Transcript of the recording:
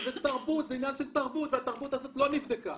זה עניין של תרבות והתרבות הזאת לא נבדקה.